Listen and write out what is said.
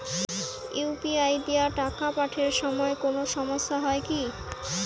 UPI দিয়া টাকা পাঠের সময় কোনো সমস্যা হয় নাকি?